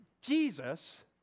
Jesus